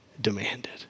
demanded